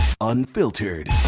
unfiltered